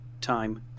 time